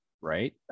right